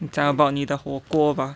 你讲 about 你的火锅吧